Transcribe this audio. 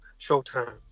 Showtime